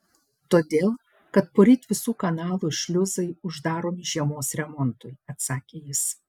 todėl kad poryt visų kanalų šliuzai uždaromi žiemos remontui atsakė jis